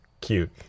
cute